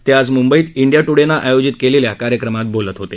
ते आज मुंबईत इंडिया टुडे आयोजित केलेल्या कार्यक्रमात बोलत होते